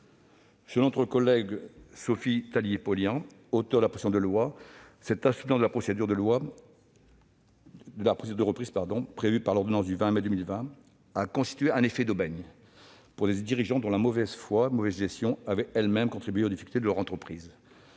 proposition de loi, cet assouplissement de la procédure de reprise prévu par l'ordonnance du 20 mai 2020 a constitué un effet d'aubaine pour les dirigeants dont la mauvaise foi ou la mauvaise gestion avaient elles-mêmes contribué aux difficultés de leur entreprise.